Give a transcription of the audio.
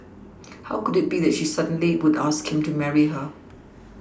how could it be that she suddenly would ask him to marry her